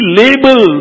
label